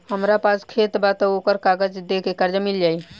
हमरा पास खेत बा त ओकर कागज दे के कर्जा मिल जाई?